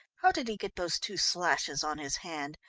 how did he get those two slashes on his hand?